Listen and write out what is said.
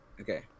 okay